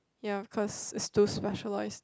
ya of course is to specialise